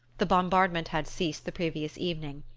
the bombardment had ceased the previous evening,